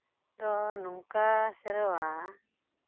ᱫᱚ ᱱᱚᱝᱠᱟ ᱥᱮᱨᱣᱟ